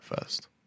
first